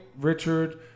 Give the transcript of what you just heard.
Richard